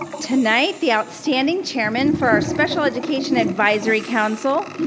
tonight, the outstanding chairman for our special education advisory council,